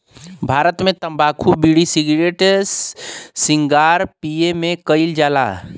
भारत मे तम्बाकू बिड़ी, सिगरेट सिगार पिए मे कइल जाला